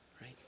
right